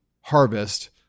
harvest